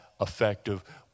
effective